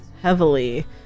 heavily